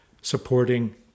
supporting